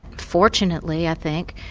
fortunately, i think,